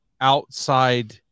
outside